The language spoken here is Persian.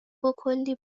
کلی